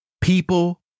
people